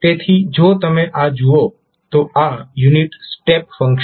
તેથી જો તમે આ જુઓ તો આ યુનિટ સ્ટેપ ફંક્શન છે